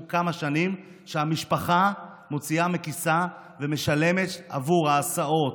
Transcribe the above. כמה שנים המשפחה מוציאה מכיסה ומשלמת עבור ההסעות,